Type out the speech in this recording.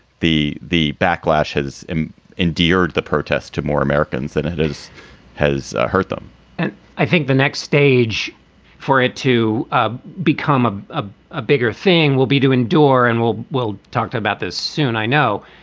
the the backlash has endured the protests to more americans than it is has hurt them and i think the next stage for it to ah become ah ah a bigger thing will be to endure. and we'll we'll talk to about this soon. i know.